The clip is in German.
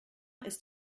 ist